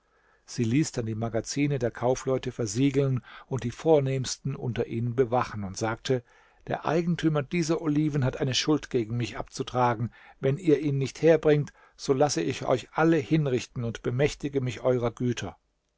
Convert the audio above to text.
sie ließ dann die magazine der kaufleute versiegeln und die vornehmsten unter ihnen bewachen und sagte der eigentümer dieser oliven hat eine schuld gegen mich abzutragen wenn ihr ihn nicht herbringt so lasse ich euch alle hinrichten und bemächtige mich eurer güter